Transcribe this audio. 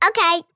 Okay